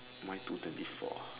mine two twenty four